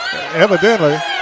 Evidently